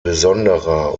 besonderer